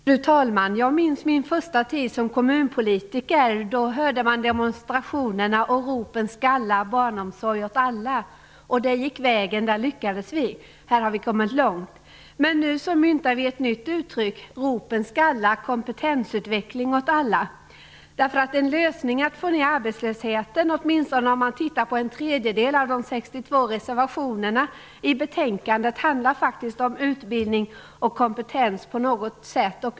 Fru talman! Jag minns min första tid som kommunpolitiker. Då hörde man demonstrationerna: Ropen skalla! Barnomsorg åt alla! Det gick vägen. Där lyckades vi. Där har vi kommit långt. Men nu myntar vi ett nytt uttryck: Ropen skalla! Kompetensutveckling åt alla! En lösning för att få ned arbetslösheten, åtminstone om man tittar på en tredjedel av de 62 reservationerna i betänkandet, är faktiskt utbildning och kompetens på något sätt.